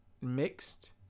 mixed